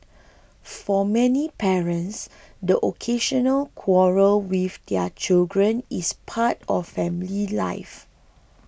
for many parents the occasional quarrel with their children is part of family life